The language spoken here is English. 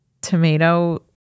tomato